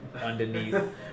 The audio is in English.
underneath